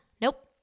nope